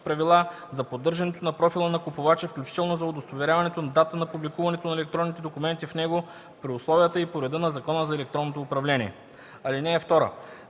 правила за поддържането на профила на купувача, включително за удостоверяването на датата на публикуването на електронните документи в него, при условията и по реда на Закона за електронното управление. (2) С